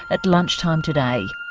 at lunchtime today.